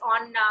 on